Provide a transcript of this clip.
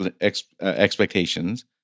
expectations